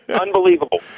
Unbelievable